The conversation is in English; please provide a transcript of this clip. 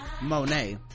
Monet